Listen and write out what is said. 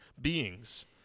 beings